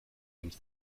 means